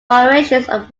variations